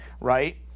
right